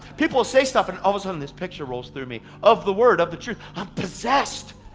people say stuff and all the sudden this picture rolls through me, of the word, of the truth. i'm possessed!